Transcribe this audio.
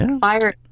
fire